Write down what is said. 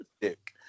dick